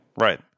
right